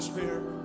Spirit